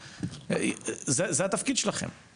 זה התפקיד של משרד העלייה והקליטה,